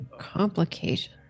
complication